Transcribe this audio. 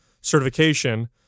certification